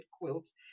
quilts